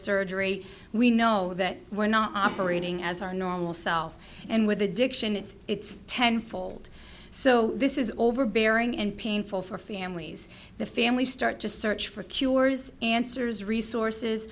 surgery we know that we're not operating as our normal self and with addiction it's tenfold so this is overbearing and painful for families the families start to search for cures answers resources